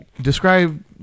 describe